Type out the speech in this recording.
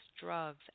drugs